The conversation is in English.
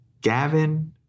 Gavin